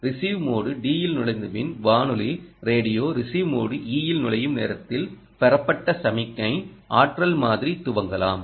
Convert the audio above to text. receive mode d ல் நுழைந்த பின் வானொலி ரேடியோ ரிஸீவ் மோடு eல் நுழையும் நேரத்தில் பெறப்பட்ட சமிக்ஞை ஆற்றல் மாதிரி துவங்கலாம்